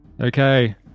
Okay